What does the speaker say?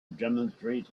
demonstrate